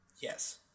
Yes